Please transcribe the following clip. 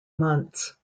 months